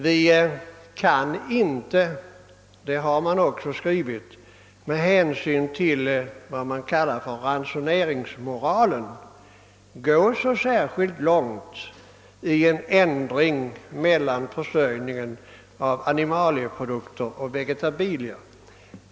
Vi kan inte — det har utredningen också skrivit — med hänsyn till vad man kallar ransoneringsmoralen gå så särskilt långt i fråga om en ändring av försörjningen från animalieprodukter till vegetabilier.